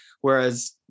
Whereas